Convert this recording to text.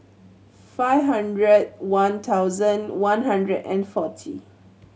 five hundred one thousand one hundred and forty